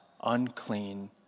unclean